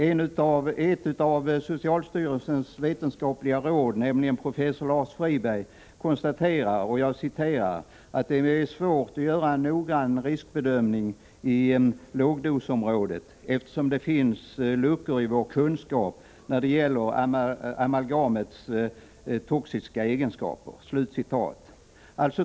Professor Lars Friberg, verksam som ett av socialstyrelsens vetenskapliga råd, konstaterar att det är svårt att göra en noggrann riskbedömning i lågdosområdet, eftersom det finns luckor i vår kunskap när det gäller amalgamets toxiska egenskaper.